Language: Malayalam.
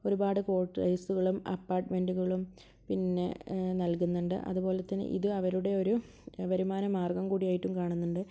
ഒരുപാട് കോട്ടേഴ്സുകളും അപ്പാർട്ട്മെൻറ്റുകളും പിന്നെ നൽകുന്നുണ്ട് അതുപോലെത്തന്നെ ഇതും അവരുടെ ഒരു വരുമാന മാർഗ്ഗം കൂടിയായിട്ടും കാണുന്നുണ്ട്